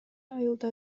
айылда